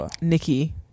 Nikki